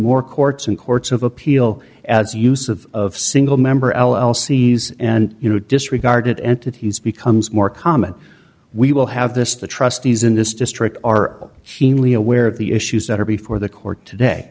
more courts and courts of appeal as use of of single member l l c s and you know disregarded entities becomes more common we will have this the trustees in this district are she really aware of the issues that are before the court today